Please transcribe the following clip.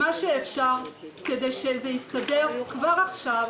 את כל מה שאפשר כדי שזה יסתדר כבר עכשיו,